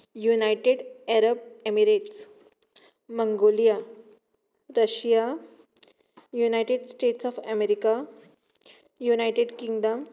United Arab Emirates Mongolia Russia United States of America United Kingdom